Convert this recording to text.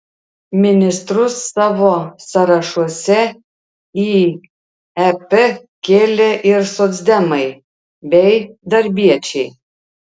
ministrus savo sąrašuose į ep kėlė ir socdemai bei darbiečiai